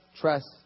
trust